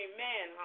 Amen